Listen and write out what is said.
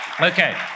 Okay